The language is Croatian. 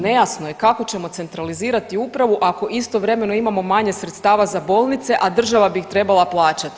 Nejasno je kako ćemo centralizirati upravu ako istovremeno imamo manje sredstava za bolnice, a država bi ih trebala plaćati.